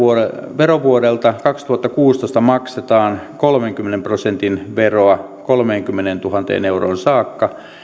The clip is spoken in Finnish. verovuodelta kaksituhattakuusitoista maksetaan kolmenkymmenen prosentin veroa kolmeenkymmeneentuhanteen euroon saakka